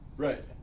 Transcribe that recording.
Right